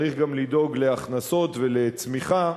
צריך גם לדאוג להכנסות ולצמיחה,